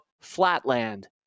Flatland